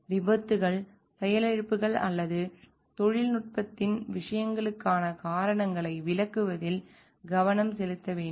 விபத்துக்கள் செயலிழப்புகள் அல்லது தொழில்நுட்பத்தின் பயன்பாடு சம்பந்தப்பட்ட பிற விஷயங்களுக்கான காரணங்களை விளக்குவதில் கவனம் செலுத்த வேண்டும்